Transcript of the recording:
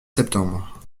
septembre